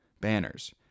banners